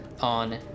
on